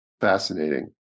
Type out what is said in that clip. fascinating